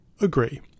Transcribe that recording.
Agree